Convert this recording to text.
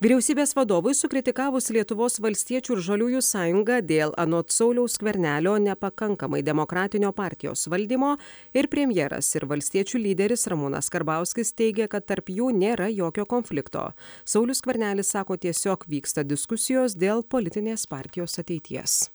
vyriausybės vadovui sukritikavus lietuvos valstiečių ir žaliųjų sąjungą dėl anot sauliaus skvernelio nepakankamai demokratinio partijos valdymo ir premjeras ir valstiečių lyderis ramūnas karbauskis teigia kad tarp jų nėra jokio konflikto saulius skvernelis sako tiesiog vyksta diskusijos dėl politinės partijos ateities